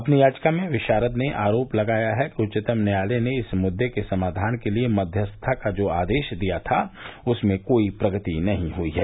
अपनी याचिका में विशारद ने आरोप लगाया है कि उच्चतम न्यायालय ने इस मुद्दे के समाधान के लिए मध्यस्थता का जो आदेश दिया था उसमें कोई प्रगति नहीं हुई है